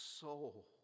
soul